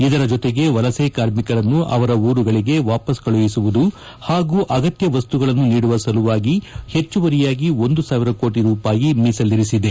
ಇದರ ಜೊತೆಗೆ ವಲಸೆ ಕಾರ್ಮಿಕರನ್ನು ಅವರ ಊರುಗಳಿಗೆ ವಾಪಸ್ ಕಳಿಸುವುದು ಹಾಗೂ ಅಗತ್ಯ ವಸ್ತುಗಳನ್ನು ನೀಡುವ ಸಲುವಾಗಿ ಹೆಚ್ಚುವರಿಯಾಗಿ ಒಂದು ಸಾವಿರ ಕೋಟಿ ರೂಪಾಯಿ ಮೀಸಲಿರಿಸಿದೆ